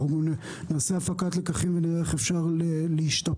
אנחנו נעשה הפקת לקחים ונראה איך אפשר להשתפר.